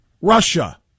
Russia